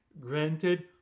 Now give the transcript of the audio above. granted